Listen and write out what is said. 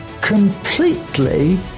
completely